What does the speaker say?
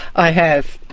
i have,